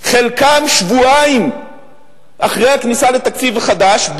חלקם שבועיים אחרי הכניסה לתקציב החדש,